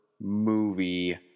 movie